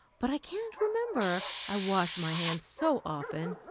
but i can't remember i wash my hands so often